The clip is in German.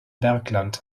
bergland